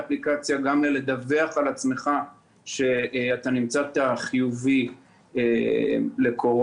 האפליקציה וגם בדיווח על עצמך אם נמצאת חיובי לקורונה.